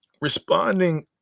responding